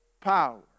power